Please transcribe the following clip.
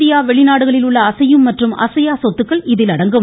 India வெளிநாடுகளில் உள்ள அசையும் மற்றும் அசையா சொத்துக்கள் இதில் அடங்கும்